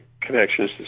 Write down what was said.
connections